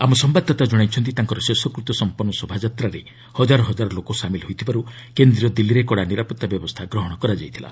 ଆମ ସମ୍ଭାଦଦାତା ଜଣାଇଛନ୍ତି ତାଙ୍କର ଶେଷକୃତ୍ୟ ସମ୍ପନ୍ଦ ଶୋଭାଯାତ୍ରାରେ ହଜାର ହଜାର ଲୋକ ସାମିଲ୍ ହୋଇଥିବାରୁ କେନ୍ଦ୍ରୀୟ ଦିଲ୍ଲୀରେ କଡ଼ା ନିରାପତ୍ତା ବ୍ୟବସ୍ଥା ଗ୍ରହଣ କରାଯାଇଥିଲା